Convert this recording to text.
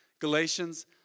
Galatians